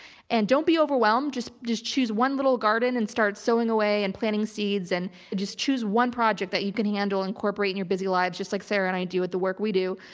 and don't be overwhelmed, just just choose one little garden and start sowing away and planting seeds and just choose one project that you can handle incorporating into your busy lives. just like sarah and i do with the work we do,